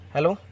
Hello